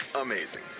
Amazing